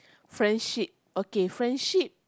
friendship okay friendship